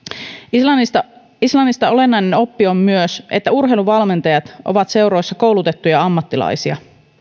islannista islannista olennainen oppi on myös että urheiluvalmentajat ovat seuroissa koulutettuja ammattilaisia